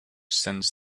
sends